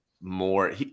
more –